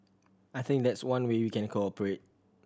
I think that's one way we can cooperate